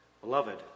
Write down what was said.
Beloved